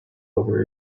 over